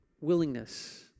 willingness